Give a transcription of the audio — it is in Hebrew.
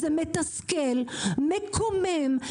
זה מתסכל, מקומם.